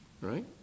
right